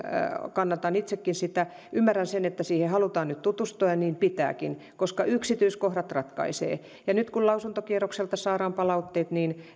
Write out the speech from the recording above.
kannatan itsekin sitä ymmärrän sen että siihen halutaan nyt tutustua ja niin pitääkin koska yksityiskohdat ratkaisevat nyt kun lausuntokierrokselta saadaan palautteet niin